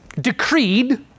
decreed